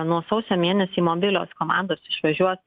nuo sausio mėnesį mobilios komandos išvažiuos